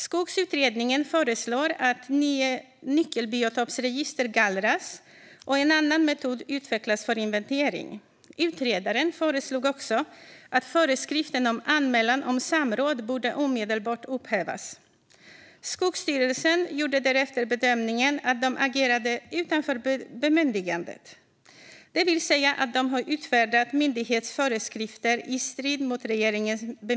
Skogsutredningen föreslog att nyckelbiotopsregistret gallras och att en annan metod utvecklas för inventering. Utredaren ansåg också att föreskriften om anmälan om samråd omedelbart borde upphävas. Skogsstyrelsen gjorde därefter bedömningen att de agerade utanför bemyndigandet, det vill säga att de utfärdade myndighetsföreskrifter i strid med regeringens bemyndigande.